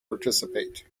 participate